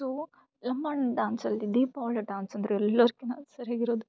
so Lambani dance ಅಲ್ಲಿ Deepavali dance ಅಂದ್ರೆ ಎಲ್ಲಾರ್ಕಿನ ಸರೀಗೆ ಇರೋದು